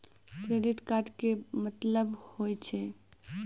Credit card के मतलब होय छै?